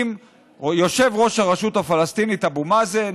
עם יושב-ראש הרשות הפלסטינית אבו-מאזן,